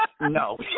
No